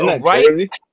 Right